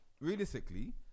realistically